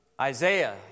Isaiah